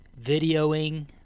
videoing